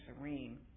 serene